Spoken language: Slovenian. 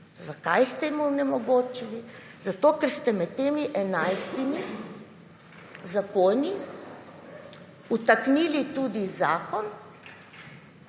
Zakaj ste jim onemogočili? Zato, ker ste med temi 11. zakoni vtaknili tudi zakon,